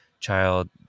child